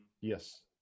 Yes